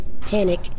panic